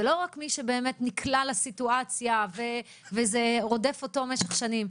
זה לא רק מי שבאמת נקלע לסיטואציה וזה רודף אותו במשך שנים.